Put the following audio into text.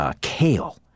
Kale